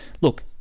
look